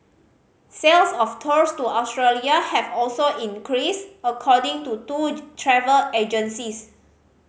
sales of tours to Australia have also increased according to two travel agencies